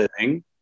living